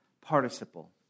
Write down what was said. participle